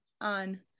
on